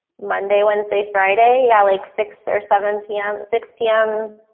monday, wednesday, friday. yeah, like six or seven p m, six p m.